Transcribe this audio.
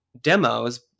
demos